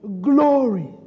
glory